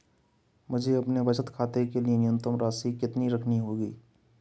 मुझे अपने बचत खाते के लिए न्यूनतम शेष राशि कितनी रखनी होगी?